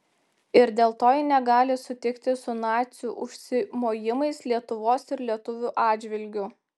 ir dėl to ji negali sutikti su nacių užsimojimais lietuvos ir lietuvių atžvilgiu